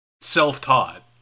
self-taught